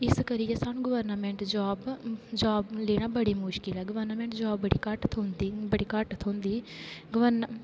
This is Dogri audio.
इस करियै स्हानू गवर्नामेंट जाॅव लेना बड़ी मुशकिल ऐ गवर्नामेंट जाॅव बड़ी घट्ट थ्होंदी बड़ी घट्ट थ्होंदी गवर्नामेंट